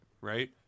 right